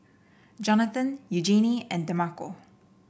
Jonathan Eugenie and Demarco